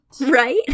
Right